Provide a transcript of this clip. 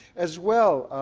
as well,